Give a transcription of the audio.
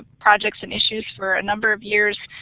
projects and issues for a number of years.